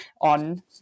on